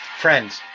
Friends